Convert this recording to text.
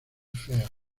feas